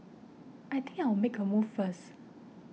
I think I'll make a move first